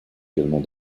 également